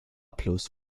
plus